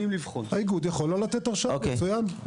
האיגוד יכול לא לתת הרשאה, מצוין.